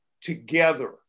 together